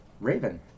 raven